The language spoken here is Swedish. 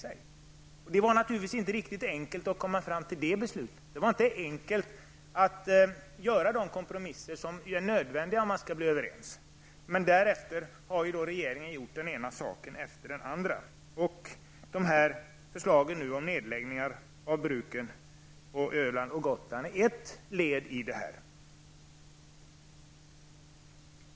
Det var naturligtvis inte enkelt att komma fram till det beslutet. Det var inte enkelt att göra de kompromisser som var nödvändiga för att komma överens. Därefter har regeringen gjort den ena saken efter den andra. Förslagen om nedläggningar av bruken på Öland och Gotland är ett led i detta.